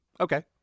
Okay